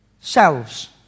selves